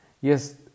yes